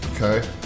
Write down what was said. Okay